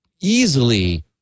easily